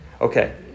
Okay